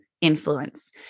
influence